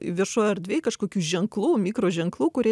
viešojoj erdvėj kažkokių ženklų mikroženklų kurie